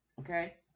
Okay